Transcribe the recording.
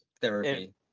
therapy